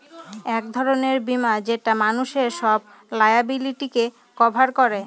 এক ধরনের বীমা যেটা মানুষের সব লায়াবিলিটিকে কভার করে